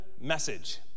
message